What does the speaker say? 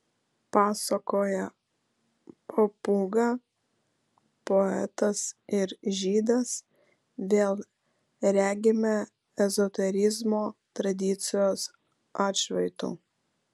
pasakoje papūga poetas ir žydas vėl regime ezoterizmo tradicijos atšvaitų